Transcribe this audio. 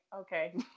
okay